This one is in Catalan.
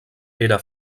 era